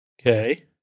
Okay